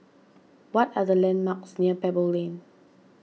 what are the landmarks near Pebble Lane